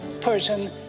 person